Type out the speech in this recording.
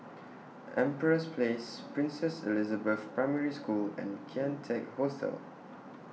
Empress Place Princess Elizabeth Primary School and Kian Teck Hostel